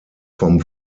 vom